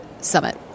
Summit